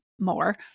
more